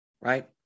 right